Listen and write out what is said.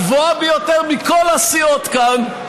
הגבוהה ביותר מכל הסיעות כאן.